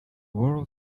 world